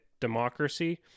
democracy